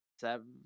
seven